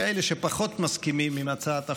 כאלה שפחות מסכימים עם הצעת החוק: